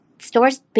stores